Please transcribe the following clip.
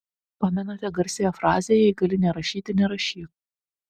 pamenate garsiąją frazę jei gali nerašyti nerašyk